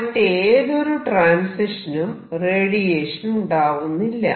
മറ്റേതൊരു ട്രാൻസിഷനും റേഡിയേഷൻ ഉണ്ടാവുന്നില്ല